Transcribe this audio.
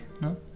no